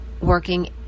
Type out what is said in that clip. working